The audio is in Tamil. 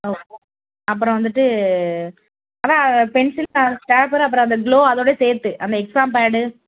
ஓ அப்புறம் வந்துவிட்டு அதான் பென்சில் ஸ்டாப்லரு அப்புறம் அந்த க்ளோ அதோட சேர்த்து அந்த எக்ஸாம் பேடு